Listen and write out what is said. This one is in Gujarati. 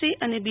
સી અને બી